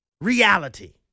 reality